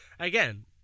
again